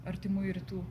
artimųjų rytų